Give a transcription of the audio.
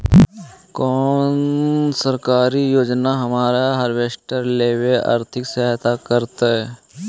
कोन सरकारी योजना हमरा हार्वेस्टर लेवे आर्थिक सहायता करतै?